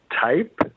type